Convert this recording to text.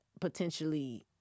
potentially